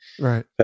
Right